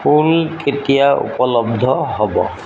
ফুল কেতিয়া উপলব্ধ হ'ব